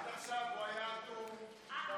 עד עכשיו הוא היה אטום גם